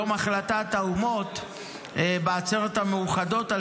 יום החלטת האומות בעצרת המאוחדות על